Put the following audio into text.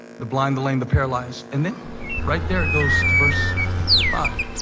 the blind, the lame, the paralyzed. and then right there it goes to verse five.